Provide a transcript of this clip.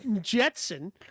Jetson